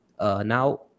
Now